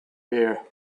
here